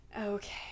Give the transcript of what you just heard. okay